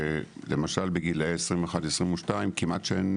למשל בגילאים 21, 22 כמעט אין